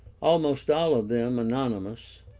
almost all of them anonymous,